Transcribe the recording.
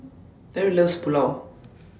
Deryl loves Pulao